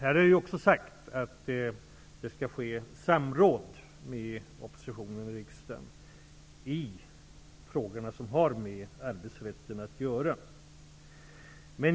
Här har det också sagts att det skall ske samråd med oppositionen i riksdagen när det gäller frågor som har med arbetsrätten att göra.